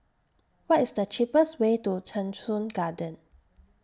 What IS The cheapest Way to Cheng Soon Garden